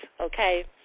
okay